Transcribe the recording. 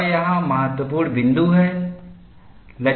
वह यहाँ महत्वपूर्ण बिंदु है